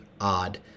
odd